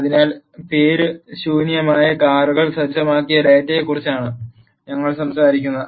അതിനാൽ പേര് ശൂന്യമായ കാറുകൾ സജ്ജമാക്കിയ ഡാറ്റയെക്കുറിച്ചാണ് ഞങ്ങൾ സംസാരിക്കുന്നത്